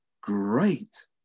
great